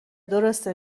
درسته